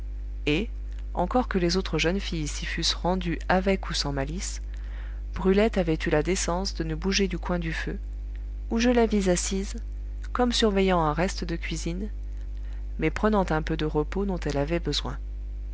et encore que les autres jeunes filles s'y fussent rendues avec ou sans malice brulette avait eu la décence de ne bouger du coin du feu où je la vis assise comme surveillant un reste de cuisine mais prenant un peu de repos dont elle avait besoin